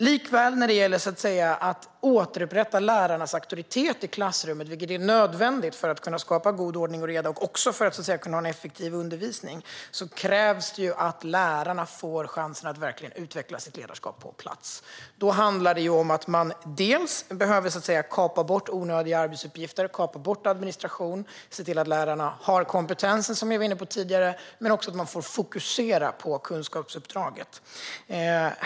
Sedan gäller det att återupprätta lärarnas auktoritet i klassrummet, vilket är nödvändigt för att kunna skapa ordning och reda och för att kunna ha en effektiv undervisning. Då krävs det att lärarna får chansen att verkligen utveckla sitt ledarskap på plats. Det handlar om att ta bort onödiga arbetsuppgifter, att ta bort administration och att se till att lärarna har kompetensen, som jag var inne på tidigare, och att de får fokusera på kunskapsuppdraget.